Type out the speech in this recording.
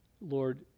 Lord